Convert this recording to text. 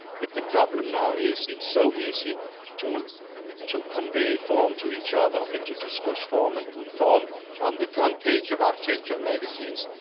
but the problem now is it's so easy to to convey form to each other and to discuss form and put form on the front page of architectural magazines.